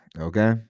okay